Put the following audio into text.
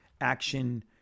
action